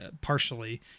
partially